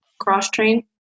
cross-train